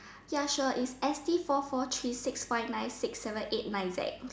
ya sure is it's S C four four three six five nine six seven eight nine Z